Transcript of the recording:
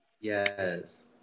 Yes